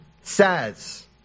says